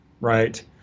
right